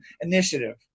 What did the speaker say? initiative